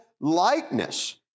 likeness